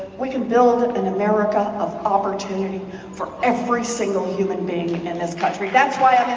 we can build an america of opportunity for every single human being in this country. that's why